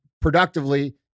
productively